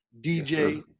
dj